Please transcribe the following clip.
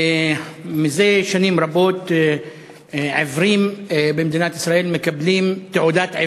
מזה שנים רבות עיוורים במדינת ישראל מקבלים תעודת עיוור.